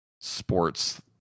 sports